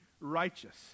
righteous